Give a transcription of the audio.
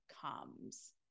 comes